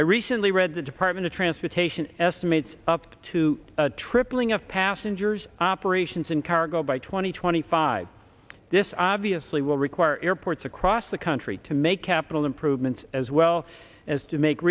i recently read the department of transportation estimates up to a tripling of passengers operations in cargo by two thousand and twenty five this obviously will require airports across the country to make the improvements as well as to make